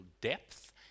depth